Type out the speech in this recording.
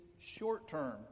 short-term